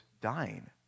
dying